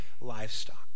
livestock